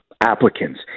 applicants